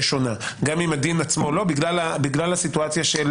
שונה גם אם הדין עצמו לא בגלל הסיטואציה של